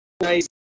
nice